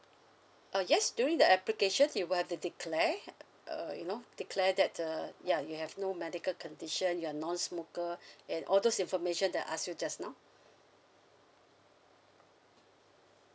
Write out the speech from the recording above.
uh yes during the application you will have to declare uh you know declare that uh ya you have no medical condition you're non-smoker and all those information that I asked you just now